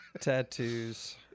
Tattoos